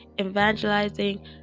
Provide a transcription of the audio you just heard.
evangelizing